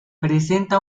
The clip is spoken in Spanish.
presenta